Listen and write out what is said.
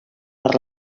per